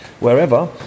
wherever